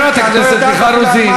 אם את לא תצאי מפה, אני לא ארד מפה.